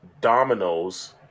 dominoes